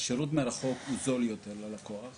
השירות מרחוק הוא זול יותר ללקוח.